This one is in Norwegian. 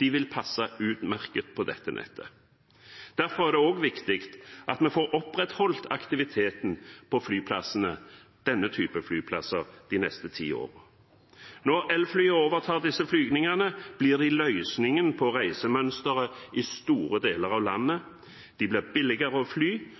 De vil passe utmerket på dette nettet. Derfor er det også viktig at vi får opprettholdt aktiviteten på flyplassene, denne typen flyplasser, de neste ti årene. Når elfly overtar disse flygningene, blir det en løsning på reisemønsteret i store deler av landet. De blir billigere å fly,